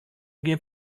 gjin